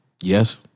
Yes